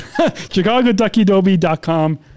ChicagoDuckyDoby.com